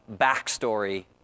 backstory